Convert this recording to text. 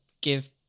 give